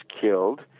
killed